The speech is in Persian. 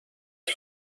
زوم